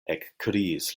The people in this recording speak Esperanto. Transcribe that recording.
ekkriis